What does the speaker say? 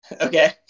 Okay